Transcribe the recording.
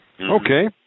Okay